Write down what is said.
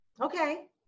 Okay